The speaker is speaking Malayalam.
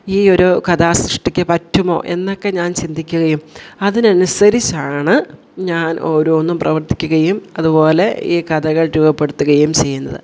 ഈ ഒരു കഥാസൃഷ്ടിക്ക് പറ്റുമോ എന്നൊക്കെ ഞാൻ ചിന്തിക്കുകയും അതിനനുസരിച്ചാണ് ഞാൻ ഓരോന്നും പ്രവർത്തിക്കുകയും അതുപോലെ ഈ കഥകൾ രൂപപ്പെടുത്തുകയും ചെയ്യുന്നത്